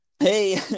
Hey